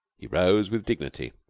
he rose with dignity.